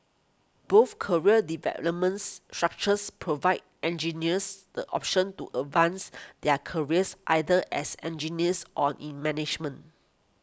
both career developments structures provide engineers the option to advance their careers either as engineers or in management